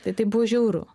tai tai buvo žiauru